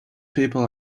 people